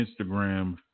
Instagram